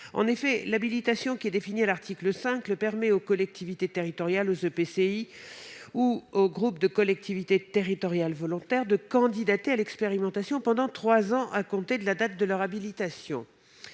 En effet, l'habilitation définie à l'article 5 permet aux collectivités territoriales, aux EPCI ou aux groupes de collectivités territoriales volontaires de candidater à l'expérimentation pendant trois ans à compter de la date de leur habilitation.